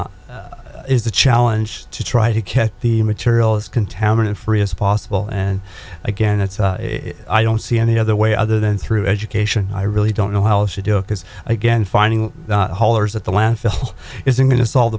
is a challenge to try to get the materials contaminant free as possible and again it's i don't see any other way other than through education i really don't know how to do it because again finding haulers at the landfill isn't going to solve